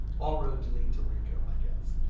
all roads lead to waco i guess.